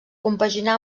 compaginà